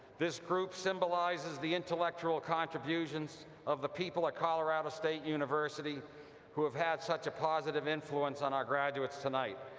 this group symbolizes the intellectual contributions of the people at colorado state university who have had such a positive influence on our graduates tonight.